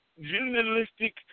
journalistic